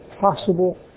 possible